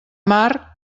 mar